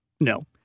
no